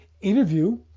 interview